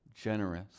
generous